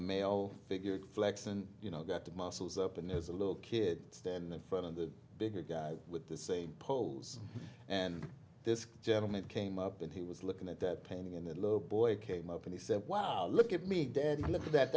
male figure flex and you know get the muscles up and there's a little kid stand in front of the bigger guy with the same poles and this gentleman came up and he was looking at the painting in the boy came up and he said wow look at me dad look at that